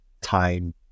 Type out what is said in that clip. time